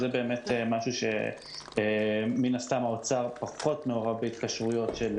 ומן הסתם משרד האוצר פחות מעורב בהתקשרויות של